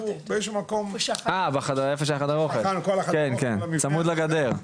אה, איפה שחדר האוכל, צמוד לגדר.